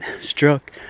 struck